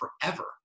forever